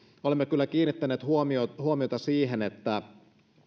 olemme kyllä kiinnittäneet huomiota huomiota siihen että